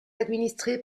administrée